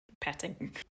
petting